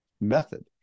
method